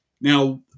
Now